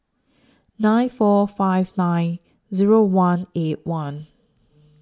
nine four five nine Zero one eight one